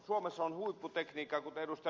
suomessa on huipputekniikka kuten ed